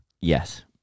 yes